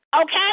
Okay